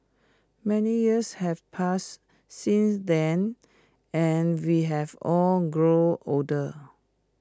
many years have passed since then and we have all grown older